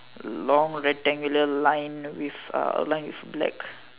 long rectangular line with uh line with black